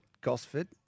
Gosford